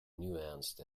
nuanced